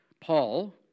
Paul